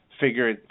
figure